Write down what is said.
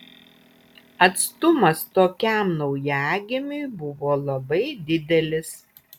atstumas tokiam naujagimiui buvo labai didelis